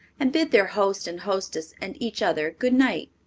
and bid their host and hostess and each other good-night.